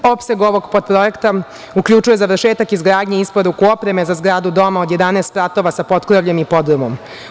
Opseg ovog potprojekta uključuje završetak izgradnje i isporuku opreme za zgradu doma od 11 spratova sa potkrovljem i podrumom.